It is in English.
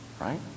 right